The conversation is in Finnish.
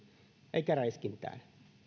eikä räiskintää